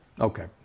Okay